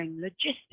logistics